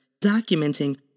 documenting